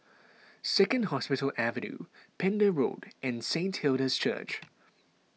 Second Hospital Avenue Pender Road and Saint Hilda's Church